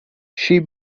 she